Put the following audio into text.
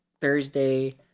Thursday